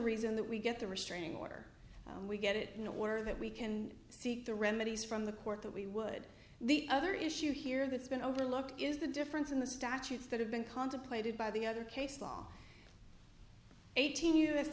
reason that we get the restraining order we get it in order that we can seek the remedies from the court that we would the other issue here that's been overlooked is the difference in the statutes that have been contemplated by the other case law eighteen